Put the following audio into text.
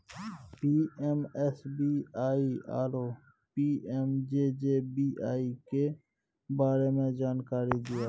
PMSBY आरो PMJJBY के बारे मे जानकारी दिय?